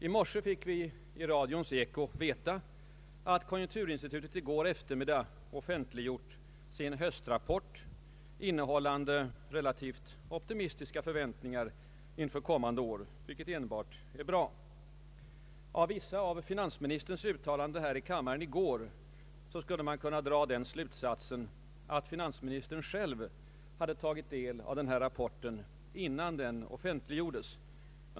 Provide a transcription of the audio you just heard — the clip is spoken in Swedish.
I morse fick vi i radions eko veta att konjunkturinstitutet i går eftermiddag hade offentliggjort sin höstrapport innehållande relativt optimistiska förväntningar inför kommande år, vilket enbart är bra. Av vissa av finansministerns uttalanden här i kammaren i går skulle man kunna dra den slutsatsen att finansministern själv hade tagit del av denna rapport, innan den offentliggjordes.